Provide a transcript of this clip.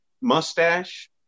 mustache